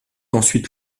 ensuite